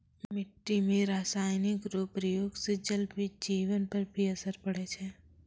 मिट्टी मे रासायनिक रो प्रयोग से जल जिवन पर भी असर पड़ै छै